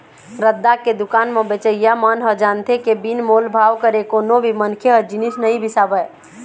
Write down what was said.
रद्दा के दुकान म बेचइया मन ह जानथे के बिन मोल भाव करे कोनो भी मनखे ह जिनिस नइ बिसावय